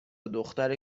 دختر